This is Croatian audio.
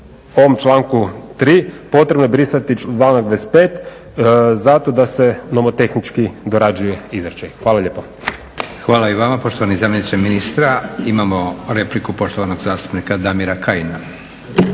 ovom članku 3. potrebno brisati članak 25. zato da se nomotehnički dorađuje izričaj. Hvala lijepa. **Leko, Josip (SDP)** Hvala i vama poštovani zamjeniče ministra. Imamo repliku poštovanog zastupnika Damira Kajina.